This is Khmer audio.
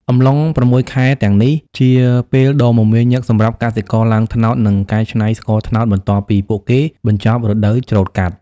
អំឡុង៦ខែទាំងនេះ ជាពេលដ៏មមាញឹកសម្រាប់កសិករឡើងត្នោត និងកែច្នៃស្ករត្នោត បន្ទាប់ពីពួកគេបញ្ចប់រដូវច្រូតកាត់។